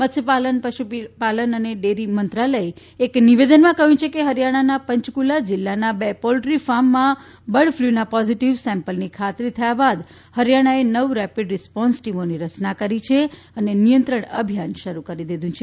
મત્સ્યપાલન પશુપાલન અને ડેરી મંત્રાલથે એક નીવેદનમાં કહયું છે કે હરિયાણાના પંચકુલા જીલ્લાના બે પોલ્ટ્રી ફાર્મમાં બર્ડ ફલુના પોઝીટીવ સેમ્પલની ખાતરી થયા બાદ હરિયાણાએ નવ રેપીડ રીસ્પોન્સ ટીમોની રચના કરી છે અને નિયંત્રણ અભિયાન શરૂ કરી દીધુ છે